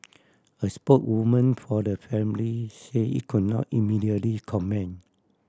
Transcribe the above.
a spokeswoman for the family say it could not immediately comment